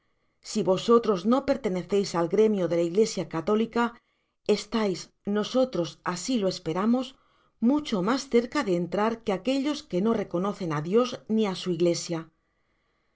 si vosotros no perteneceis al gremio de la iglesia católica estais nosotros asi lo esperamos mucho mas cerca de entrar que aquellos que no reconocen á dios ni á su iglesia